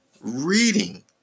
reading